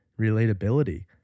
relatability